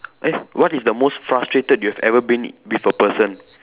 eh what is the most frustrated you have ever been with a person